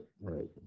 right